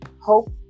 hope